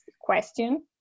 question